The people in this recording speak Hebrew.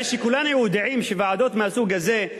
הרי כולנו יודעים שוועדות מהסוג הזה,